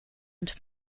und